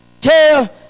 tell